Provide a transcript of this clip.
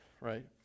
right